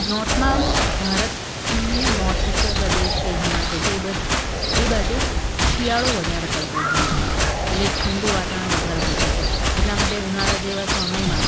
નોર્થમાં ભારતની નોર્થ ઉત્તરપ્રદેશ છે હિમાચલ છે એ એ બાજુ શિયાળો વધારે પડતો હોય છે એટલે ઠંડુ વાતાવરણ વધારે પડતું છે એટલા માટે ઉનાળા જેવા સમયમાં